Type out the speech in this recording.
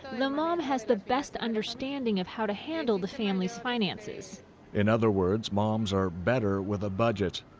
the mom has the best understanding of how to handle the family's finances in other words, moms are better with a budget.